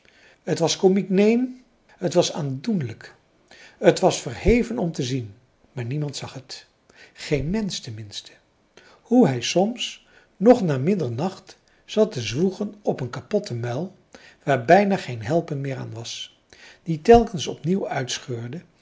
het was komiek neen het was aandoenlijk het was verheven om te zien maar niemand zag het geen mensch ten minste hoe hij soms nog na middernacht zat te zwoegen op een kapotte muil waar bijna geen helpen meer aan was die telkens opnieuw uitscheurde